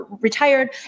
retired